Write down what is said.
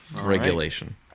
Regulation